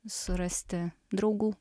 surasti draugų